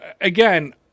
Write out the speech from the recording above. again